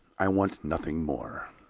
i want nothing more.